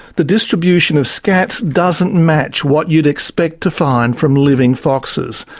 the distribution of scats doesn't match what you'd expect to find from living foxes.